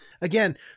again